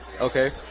okay